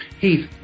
Heath